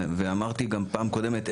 ואמרתי גם בפעם הקודמת,